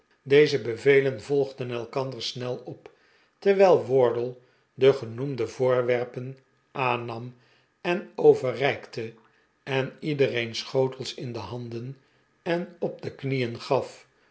deze bevelen volgden elkander snel op terwijl wardle de genoemde voorwerpen aannam'en overreikte en iedereen schotels in de handen en op de knieen gaf